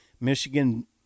Michigan